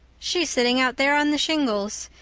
she's sitting out there on the shingles.